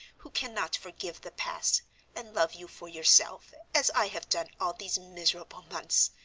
who cannot forgive the past and love you for yourself, as i have done all these miserable months.